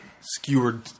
skewered